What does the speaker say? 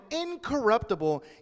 incorruptible